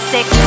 Six